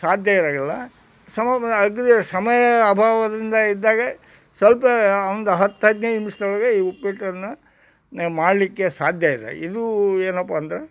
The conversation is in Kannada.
ಸಾಧ್ಯ ಇರಂಗಿಲ್ಲ ಸಮ ಅಗ್ದಿ ಸಮಯದ ಅಭಾವದಿಂದ ಇದ್ದಾಗ ಸ್ವಲ್ಪ ಒಂದು ಹತ್ತು ಹದಿನೈದು ನಿಮ್ಷದೊಳಗೆ ಈ ಉಪ್ಪಿಟ್ಟನ್ನು ನೀವು ಮಾಡಲಿಕ್ಕೆ ಸಾಧ್ಯ ಇದೆ ಇದು ಏನಪ್ಪ ಅಂದರೆ